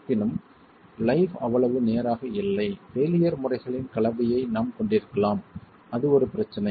இருப்பினும் லைப் அவ்வளவு நேராக இல்லை பெய்லியர் முறைகளின் கலவையை நாம் கொண்டிருக்கலாம் அது ஒரு பிரச்சனை